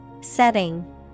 Setting